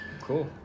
Cool